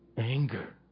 anger